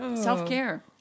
self-care